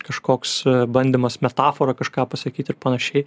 kažkoks bandymas metafora kažką pasakyt ir panašiai